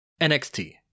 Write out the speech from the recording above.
NXT